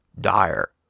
dire